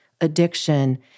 addiction